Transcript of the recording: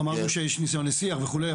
אמרנו שיש ניסיון לשיח וכולי,